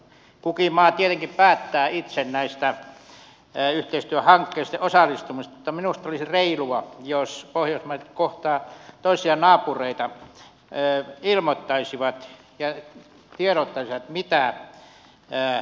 kukin maa tietenkin päättää itse näistä yhteistyöhankkeista ja osallistumisesta mutta minusta olisi reilua jos pohjoismaat toisia naapureita kohtaan ilmoittaisivat ja tiedottaisivat mitä aikovat tehdä